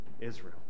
Israel